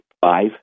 five